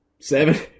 seven